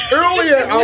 earlier